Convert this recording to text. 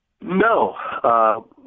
No